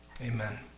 Amen